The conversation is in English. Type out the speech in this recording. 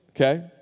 Okay